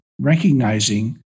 recognizing